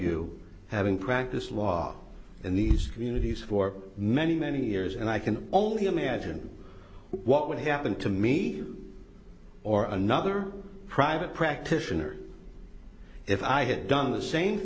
you having practiced law in these communities for many many years and i can only imagine what would happen to me or another private practitioner if i had done the same